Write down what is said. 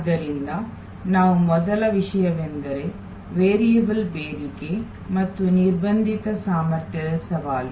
ಆದ್ದರಿಂದ ನಾವುಮೊದಲ ವಿಷಯವೆಂದರೆ ವೇರಿಯಬಲ್ ಬೇಡಿಕೆ ಮತ್ತು ನಿರ್ಬಂಧಿತ ಸಾಮರ್ಥ್ಯದ ಸವಾಲು